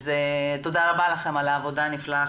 אז תודה רבה לכם על העבודה הנפלאה.